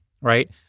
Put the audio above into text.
Right